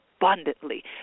abundantly